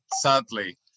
sadly